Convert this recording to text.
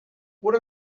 what